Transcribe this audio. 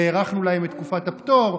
והארכנו להם את תקופת הפטור,